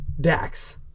Dax